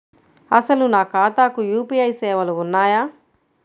అసలు నా ఖాతాకు యూ.పీ.ఐ సేవలు ఉన్నాయా?